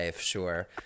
sure